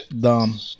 Dumb